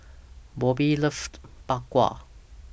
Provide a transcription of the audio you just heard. Bobby loves Bak Kwa